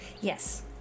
Yes